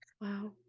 wow